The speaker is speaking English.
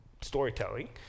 storytelling